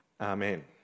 Amen